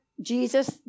Jesus